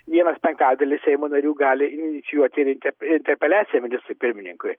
vienas penktadalis seimo narių gali inicijuoti ir inter interpeliaciją ministrui pirmininkui